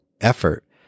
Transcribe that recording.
effort